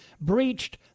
breached